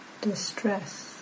distress